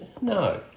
No